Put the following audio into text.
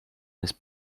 his